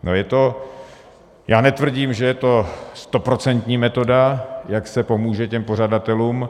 No, je to já netvrdím, že je to stoprocentní metoda, jak se pomůže těm pořadatelům.